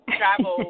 travel